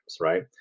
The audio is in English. right